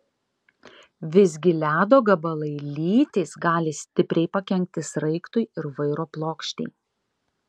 visgi ledo gabalai lytys gali stipriai pakenkti sraigtui ir vairo plokštei